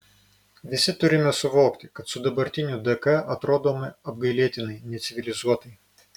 visi turime suvokti kad su dabartiniu dk atrodome apgailėtinai necivilizuotai